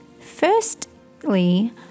Firstly